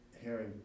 hearing